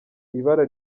ibara